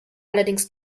allerdings